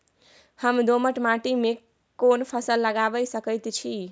हम दोमट माटी में कोन फसल लगाबै सकेत छी?